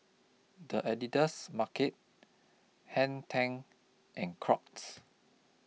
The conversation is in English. The Editor's Market Hang ten and Crocs